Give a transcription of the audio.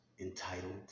entitled